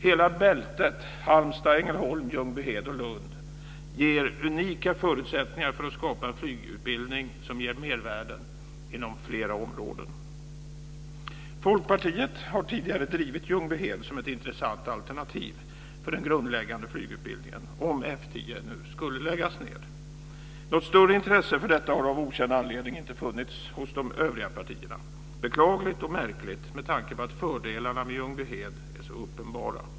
Hela bältet Halmstad-Ängelholm-Ljungbyhed Lund ger unika förutsättningar för att skapa en flygutbildning som ger mervärden inom flera områden. Folkpartiet har tidigare drivit Ljungbyhed som ett intressant alternativ för den grundläggande flygutbildningen, om F 10 nu skulle läggas ned. Något större inresse för detta har av okänd anledning inte funnits hos de övriga partierna. Det är beklagligt och märkligt med tanke på att fördelarna med Ljungbyhed är så uppenbara.